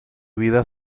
vida